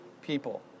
people